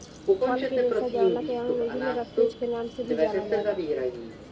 फल के रेशा जावना के अंग्रेजी में रफेज के नाम से भी जानल जाला